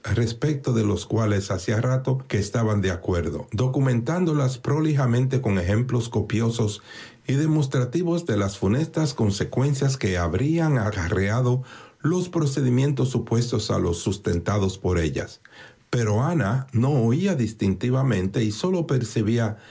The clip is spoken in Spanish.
respecto de las cuales hacía rato que estaban de acuerdo documentándolas prolijamente con ejemplos copiosos y demostrativos de las funestas consecuencias que habrían acarreado los procedimientos opuestos a los sustentados por ellas pero ana no oía distintivamente y sólo percibía